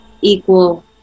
equal